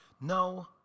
No